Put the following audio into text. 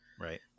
Right